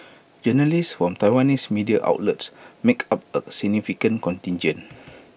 journalists from Taiwanese media outlets make up A significant contingent